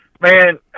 man